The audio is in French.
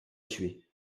tuer